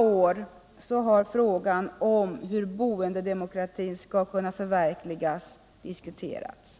år har frågan om hur boendedemokratin skall kunna förverkligas diskuterats.